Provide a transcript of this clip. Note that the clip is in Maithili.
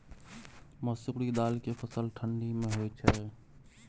मसुरि दाल के फसल ठंडी मे होय छै?